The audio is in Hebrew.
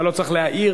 אתה לא צריך להעיר,